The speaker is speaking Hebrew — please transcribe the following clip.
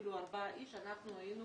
אפילו ארבעה אנשים, אנחנו היינו